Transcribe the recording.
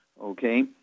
okay